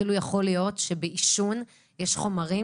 אפילו יכול להיות שבעישון יש חומרים